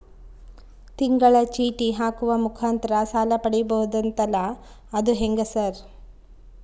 ತಿಂಗಳ ಚೇಟಿ ಹಾಕುವ ಮುಖಾಂತರ ಸಾಲ ಪಡಿಬಹುದಂತಲ ಅದು ಹೆಂಗ ಸರ್?